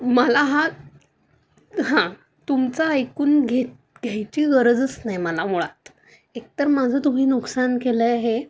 मला हा हा तुमचं ऐकून घेत घ्यायची गरजच नाही मला मुळात एकतर माझं तुम्ही नुकसान केलं हे